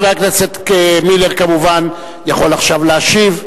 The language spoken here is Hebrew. חבר הכנסת מילר כמובן יכול עכשיו להשיב,